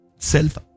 Self